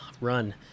run